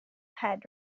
had